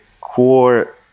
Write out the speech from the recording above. core